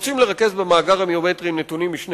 רוצים לרכז במאגר הביומטרי נתונים משני